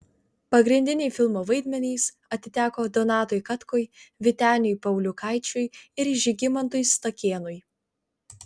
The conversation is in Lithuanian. pagrindiniai filmo vaidmenys atiteko donatui katkui vyteniui pauliukaičiui ir žygimantui stakėnui